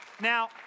Now